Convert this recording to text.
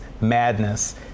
madness